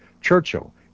Churchill